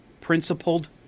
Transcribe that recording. Principled